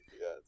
Yes